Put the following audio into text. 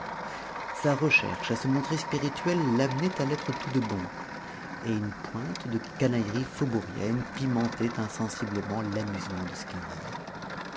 sa recherche à se montrer spirituel l'amenait à l'être tout de bon et une pointe de canaillerie faubourienne pimentait insensiblement l'amusement de ce qu'il disait